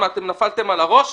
מה, אתם נפלתם על הראש?